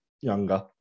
younger